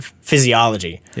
physiology